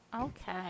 Okay